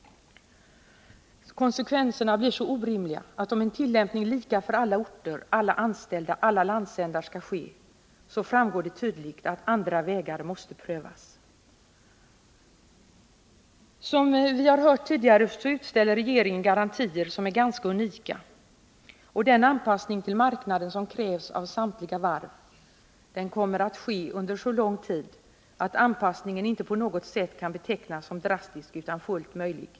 Konsekvenserna av en tillämpning lika för alla orter, alla anställda, alla landsändar blir så orimliga att det är uppenbart att andra vägar måste prövas. Som vi har hört tidigare utställer regeringen garantier som är ganska unika, och den anpassning till marknaden som krävs av samtliga varv kommer att ske under så lång tid att anpassningen inte på något sätt kan betecknas som drastisk utan fullt möjlig.